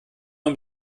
nur